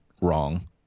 wrong